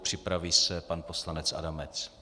Připraví se pan poslanec Adamec.